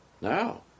Now